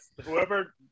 Whoever